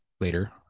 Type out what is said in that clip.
later